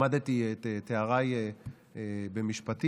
למדתי את תאריי במשפטים,